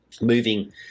Moving